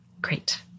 Great